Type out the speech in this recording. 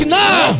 now